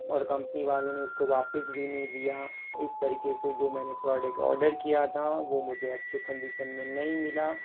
और कम्पनी वालों ने उसको वापस भी नहीं लिया इस तरीके से जो मैंने प्रोडेक्ट ऑर्डर किया था वो मुझे अच्छे कन्डिसन में नहीं मिला